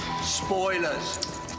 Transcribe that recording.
Spoilers